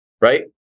right